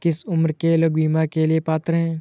किस उम्र के लोग बीमा के लिए पात्र हैं?